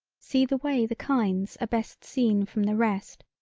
see the way the kinds are best seen from the rest,